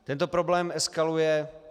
Tento problém eskaluje.